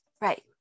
Right